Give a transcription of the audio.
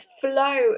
flow